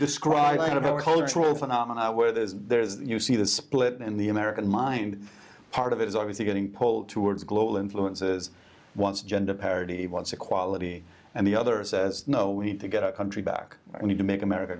cultural phenomenon where there's there's you see the split in the american mind part of it is obviously getting pulled towards global influences once gender parity once equality and the other says no we need to get our country back we need to make america